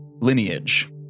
lineage